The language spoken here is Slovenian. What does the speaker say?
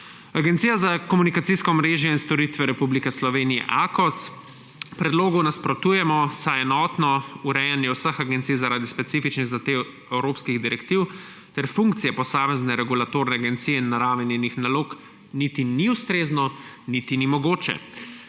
Agencija za komunikacijska omrežja in storitve Republike Slovenije, AKOS: »Predlogu nasprotujemo, saj enotno urejanje vseh agencij zaradi specifičnih zahtev evropskih direktiv ter funkcije posamezne regulatorne agencije in narave njenih nalog niti ni ustrezno niti ni mogoče.«